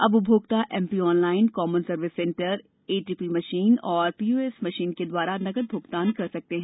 अब उपभोक्ता MP online common service centre ATP machine एवं पीओएस मशीन के द्वारा नकद भुगतान कर सकते हैं